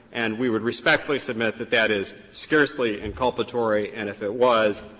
and we would respectfully submit that that is scarcely inculpatory, and if it was,